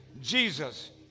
Jesus